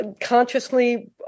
consciously